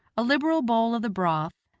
a liberal bowl of the broth,